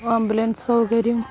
ambulance സൗകര്യം